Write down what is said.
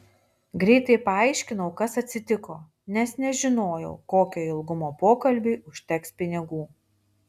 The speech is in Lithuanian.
greitai paaiškinau kas atsitiko nes nežinojau kokio ilgumo pokalbiui užteks pinigų